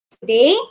today